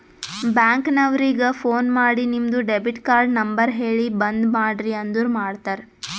bank ನವರಿಗ phone ಮಾಡಿ ನಿಮ್ದು ಡೆಬಿಟ್ ಕಾರ್ಡ್ ನಂಬರ್ ಹೇಳಿ ಬಂದ್ ಮಾಡ್ರಿ ಅಂದುರ್ ಮಾಡ್ತಾರ